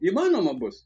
įmanoma bus